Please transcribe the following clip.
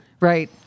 right